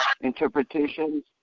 interpretations